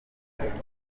guhura